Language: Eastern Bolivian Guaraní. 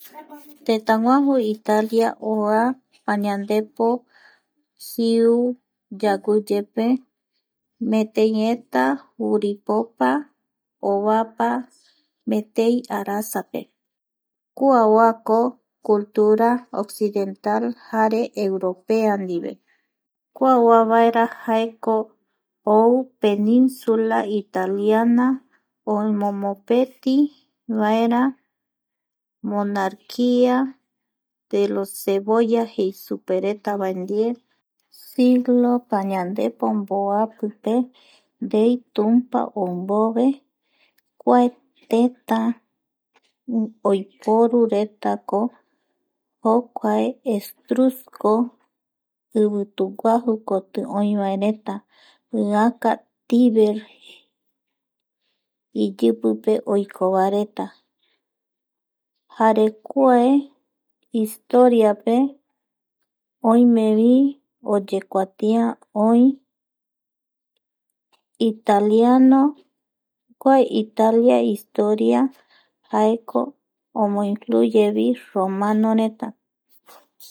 Tetaguaju Italia oa pañandepo siu yaguiyepe meteieta juripopa ovapa metei arasape kua oako cultura occidental jare europea ndie kua oavaera jaeko ou peninsula italiana omomopeti vaera monarquia de los cevoya jei superetavae ndie siglo pañandepo pandepo ndei tumpa ou mbove kua teta oiporu reta ko jokuae estruco ivituguajukoti oi vaeretaïaka ndive iyipipe oiko vaereta jare kua o historiape oimevi oyekuatia oï italiano kua historia jaeko omoincluyevi Romanoreta